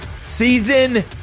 Season